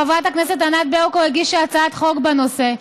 חברת הכנסת ענת ברקו הגישה הצעת חוק בנושא.